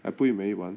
I put you may need one